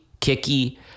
kicky